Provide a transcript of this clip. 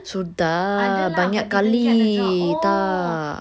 sudah banyak kali tak